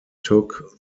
took